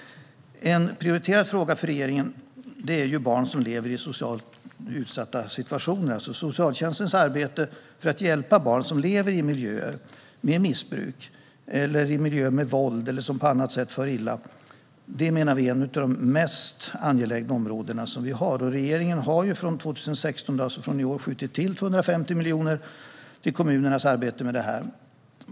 En prioriterad fråga för regeringen är barn som lever i socialt utsatta situationer. Socialtjänstens arbete för att hjälpa barn som lever i miljöer med missbruk och våld eller som på annat sätt far illa anser vi är ett av de mest angelägna områdena. Regeringen har från 2016, alltså från i år, skjutit till 250 miljoner till kommunernas arbete med detta.